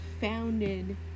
founded